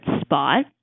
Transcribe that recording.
spot